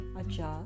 adjust